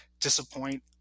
disappoint